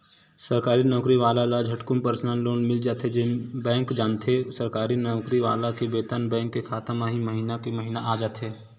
सरकारी नउकरी वाला ल झटकुन परसनल लोन मिल जाथे बेंक जानथे सरकारी नउकरी वाला के बेतन बेंक के खाता म महिना के महिना आ जाथे